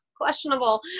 questionable